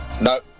no